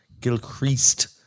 Gilchrist